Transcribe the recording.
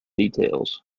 details